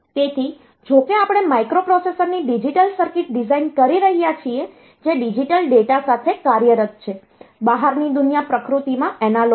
તેથી જોકે આપણે માઇક્રોપ્રોસેસરની ડિજિટલ સર્કિટ ડિઝાઇન કરી રહ્યા છીએ જે ડિજિટલ ડેટા સાથે કાર્યરત છે બહારની દુનિયા પ્રકૃતિમાં એનાલોગ છે